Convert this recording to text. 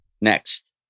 Next